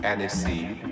Aniseed